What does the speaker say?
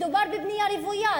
מדובר בבנייה רוויה.